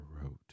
wrote